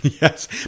yes